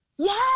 Yes